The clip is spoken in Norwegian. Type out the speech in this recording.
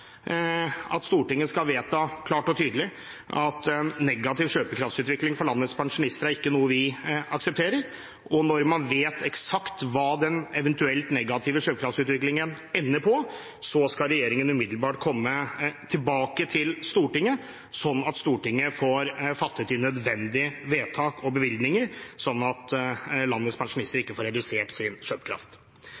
at Stortinget skal vedta klart og tydelig at negativ kjøpekraftsutvikling for landets pensjonister er noe vi ikke aksepterer. Og når man vet eksakt hva den eventuelt negative kjøpekraftsutviklingen ender på, skal regjeringen umiddelbart komme tilbake til Stortinget, sånn at Stortinget får fattet nødvendige vedtak og gitt nødvendige bevilgninger, sånn at landets pensjonister ikke får redusert sin kjøpekraft.